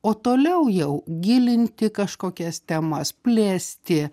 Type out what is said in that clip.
o toliau jau gilinti kažkokias temas plėsti